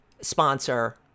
sponsor